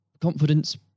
confidence